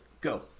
go